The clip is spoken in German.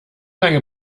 lange